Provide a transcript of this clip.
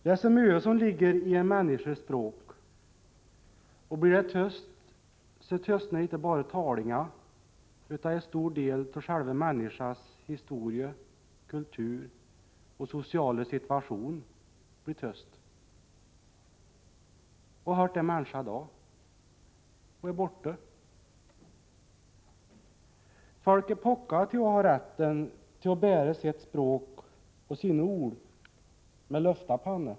Dä ä so möe som ligger i e männisches språk, å blir dä töst sö töstner itte bare talinga utta e stor del tå själve männischas historie, kultur å sociale Å hört ä männischa da? Ho ä bårtte. Fölk ä påkka te å ha rätten te å bäre sett språk å sine o'l mä löfta panne.